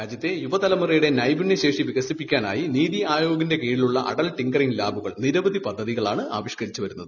രാജ്യത്തെ നൈപുണ്യശേഷി വികസിപ്പിക്കാനായി നീതി ആയോഗിന്റെ കീഴിലുള്ള ടിങ്കറിംഗ് അടൽ നിരവധി പദ്ധതികളാണ് ആവിഷ്കരിച്ചു വരുന്നത്